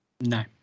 No